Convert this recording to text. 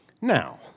Now